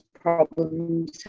problems